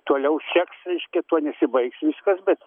toliau seks reiškia tuo nesibaigs viskas bet